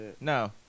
no